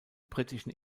britischen